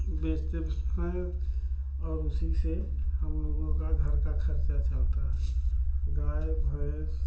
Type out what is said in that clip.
बेचते ब हैं और उसी से हम लोगों का घर का खर्चा चलता है गाय भैंस